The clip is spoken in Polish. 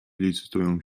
licytują